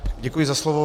Děkuji za slovo.